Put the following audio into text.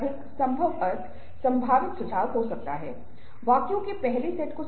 अब यह संभव है कि जो लोग दुखी दिखते हैं वे वास्तव में दुखी हो सकते हैं